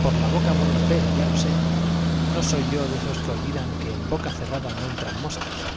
por la boca muere el pez ya lo sé no soy yo de los que olvidan que en boca cerrada no entran moscas